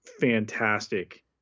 fantastic